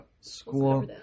school